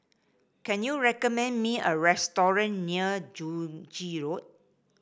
can you recommend me a restaurant near Joo Yee Road